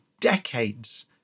decades